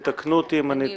ותתקנו אותי אם אני טועה,